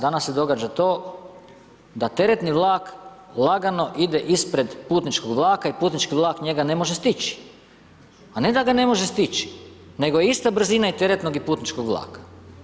Danas se događa to da teretni vlak lagano ide ispred putničkog vlaka i putnički vlak njega ne može stići, a ne da ga ne može stići, nego je ista brzina i teretnog i putničkog vlaka.